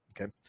Okay